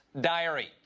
Diary